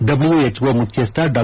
ಡಬ್ಲ್ಯೂಜ್ಓ ಮುಖ್ಯಸ್ಥ ಡಾ